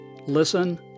listen